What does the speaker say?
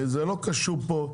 וזה לא קשור פה,